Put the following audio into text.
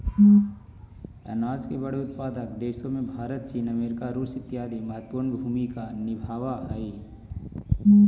अनाज के बड़े उत्पादक देशों में भारत चीन अमेरिका रूस इत्यादि महत्वपूर्ण भूमिका निभावअ हई